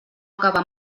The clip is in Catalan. acaba